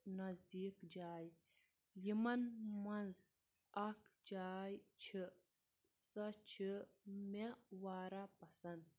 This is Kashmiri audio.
نزدیٖک جایہِ یِمَن منٛز اَکھ جاے چھِ سۄ چھِ مےٚ واریاہ پَسنٛد